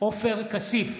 עופר כסיף,